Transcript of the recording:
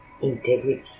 integrity